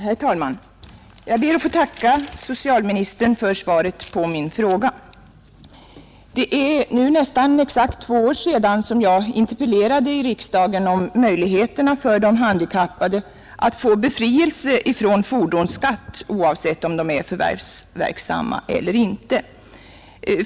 Herr talman! Jag ber att få tacka socialministern för svaret på min fråga. Det är nu nästan exakt två år sedan jag interpellerade i riksdagen om möjligheterna för de handikappade att få befrielse från fordonsskatt, oavsett om de är förvärvsverksamma eller inte.